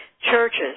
churches